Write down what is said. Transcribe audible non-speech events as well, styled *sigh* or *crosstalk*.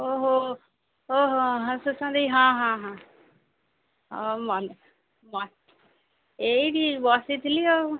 *unintelligible* ହଁ ହଁ ହଁ ହଁ ଏଇଠି ବସିଥିଲି ଆଉ